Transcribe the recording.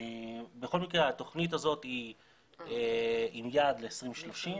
בכל מקרה התוכנית הזאת היא עם יעד ל-2030.